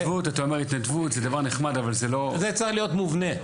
משהו מובנה.